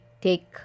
take